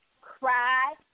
cry